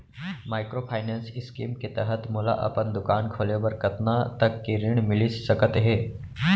Microfinance scheme के तहत मोला अपन दुकान खोले बर कतना तक के ऋण मिलिस सकत हे?